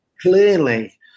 clearly